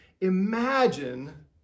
Imagine